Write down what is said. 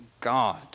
God